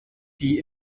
die